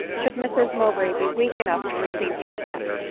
should mrs mowbray be weak enough to receive her again.